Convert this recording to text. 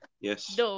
Yes